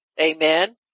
amen